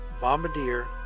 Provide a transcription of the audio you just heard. bombardier